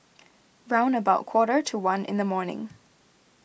round about quarter to one in the morning